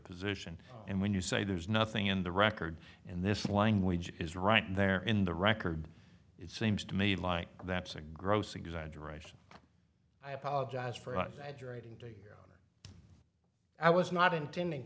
position and when you say there's nothing in the record and this language is right there in the record it seems to me like that's a gross exaggeration i apologize for us i was not intending